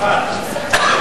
התש"ע 2010,